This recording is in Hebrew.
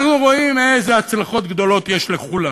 אנחנו רואים איזה הצלחות גדולות יש לכולם.